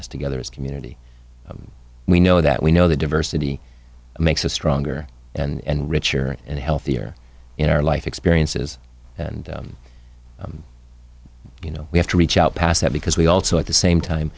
us together as a community we know that we know that diversity makes us stronger and richer and healthier in our life experiences and you know we have to reach out past that because we also at the same time